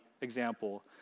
example